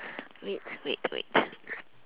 wait wait wait